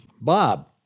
Bob